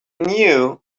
knew